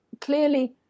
clearly